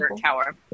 tower